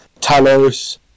Talos